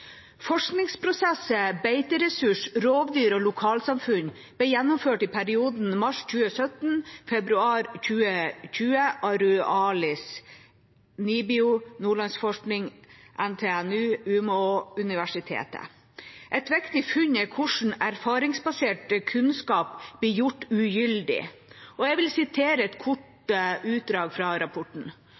rovdyr og lokalsamfunn» ble gjennomført i perioden mars 2017–februar 2020 av Ruralis, NIBIO, Nordlandsforskning, NTNU og Umeå universitet. Et viktig funn er hvordan erfaringsbasert kunnskap blir gjort ugyldig. Jeg vil sitere et kort utdrag fra rapporten: